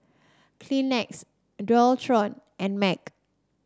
Kleenex Dualtron and MAG